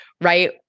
right